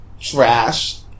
Trash